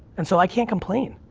and so, i can't complain.